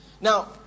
Now